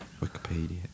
Wikipedia